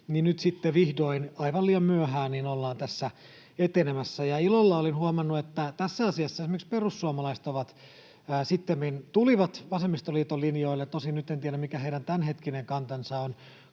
nyt sitten vihdoin, aivan liian myöhään, ollaan tässä etenemässä. Ilolla olen huomannut, että tässä asiassa esimerkiksi perussuomalaiset sittemmin tulivat vasemmistoliiton linjoille. Tosin nyt en tiedä, mikä heidän tämänhetkinen kantansa on.